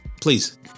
please